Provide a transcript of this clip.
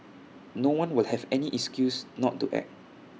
no one will have any excuse not to act